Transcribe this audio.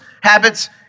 habits